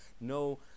no